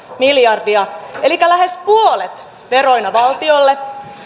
mil jardia elikkä lähes puolet veroina valtiolle